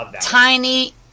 tiny